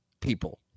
people